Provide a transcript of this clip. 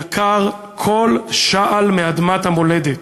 יקר כל שעל מאדמת המולדת"